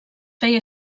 feia